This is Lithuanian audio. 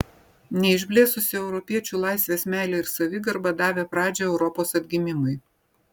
neišblėsusi europiečių laisvės meilė ir savigarba davė pradžią europos atgimimui